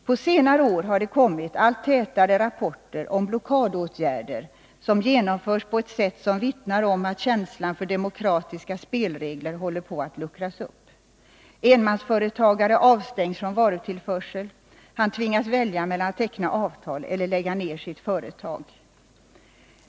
På senare år har det kommit allt tätare rapporter om blockadåtgärder som genomförs på ett sätt som vittnar om att känslan för demokratiska spelregler håller på att luckras upp. Enmansföretagare avstängs från varutillförsel. Han tvingas välja mellan att teckna avtal eller lägga ned sitt företag.